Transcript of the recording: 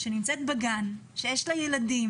שנמצאת בגן, שיש לה ילדים